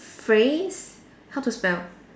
phrase how to spell